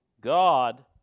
God